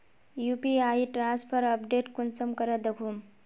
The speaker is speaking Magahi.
यु.पी.आई ट्रांसफर अपडेट कुंसम करे दखुम?